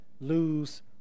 Lose